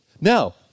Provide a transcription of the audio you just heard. Now